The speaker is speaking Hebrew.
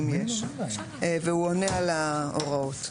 אם יש, והוא עונה על ההוראות.